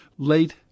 Late